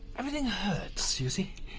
everything hurts, you see.